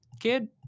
kid